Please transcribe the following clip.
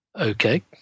Okay